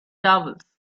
towels